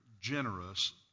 generous